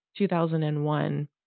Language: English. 2001